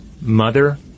mother